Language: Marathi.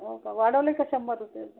हो का वाढवले का शंभर रुपये